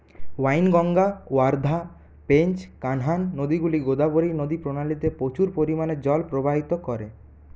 ওয়াইনগঙ্গা ওয়ার্ধা পেঞ্চ কানহান নদীগুলি গোদাবরী নদী প্রণালীতে প্রচুর পরিমাণে জল প্রবাহিত করে